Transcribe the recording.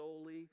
solely